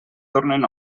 tornen